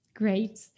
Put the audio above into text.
Great